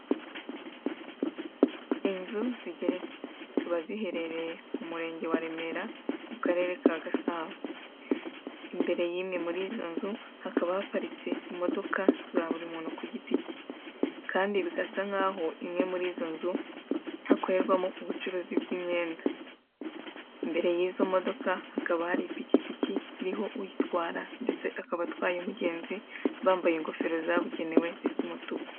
Inzu zigeretse, zikaba ziherereye mu murenge wa Remera, mu karere ka Gasabo. Imbere y'imwe muri izo nzu hakaba haparitse imodoka za buri muntu ku giti cye kandi bigasa nkaho imwe muri izo nzu hakorerwamo ubucururzi bw'imyenda. Imbere y'izo modoka hakaba hari ipikipiki iriho uyitwara ndetse akaba atwaye umugenzi bambaye ingofero zabugenewe zisa umutuku.